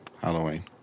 Halloween